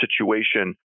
situation